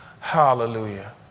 Hallelujah